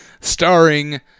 starring